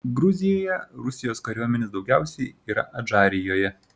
gruzijoje rusijos kariuomenės daugiausiai yra adžarijoje